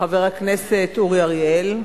חבר הכנסת אורי אריאל,